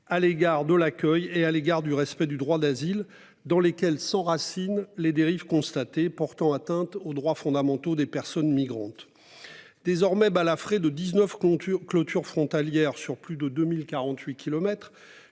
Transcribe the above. à l'égard de l'accueil et à l'égard du respect du droit d'asile, dans lesquels s'enracine les dérives constatées portant atteinte aux droits fondamentaux des personnes migrantes. Désormais balafré de 19 conclure clôture frontalière sur plus de 2048